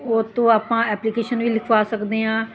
ਉਹ ਤੋਂ ਆਪਾਂ ਐਪਲੀਕੇਸ਼ਨ ਵੀ ਲਿਖਵਾ ਸਕਦੇ ਹਾਂ